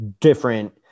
different